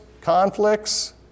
conflicts